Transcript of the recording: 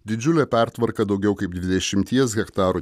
didžiulė pertvarka daugiau kaip dvidešimties hektarų